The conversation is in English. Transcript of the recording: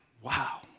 wow